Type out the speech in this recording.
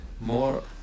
more